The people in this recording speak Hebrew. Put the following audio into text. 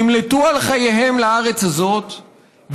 נמלטו על חייהם לארץ הזאת,